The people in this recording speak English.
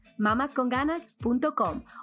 mamasconganas.com